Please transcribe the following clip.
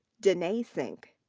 denae sink.